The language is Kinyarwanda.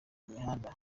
mihanda